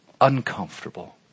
uncomfortable